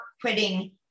quitting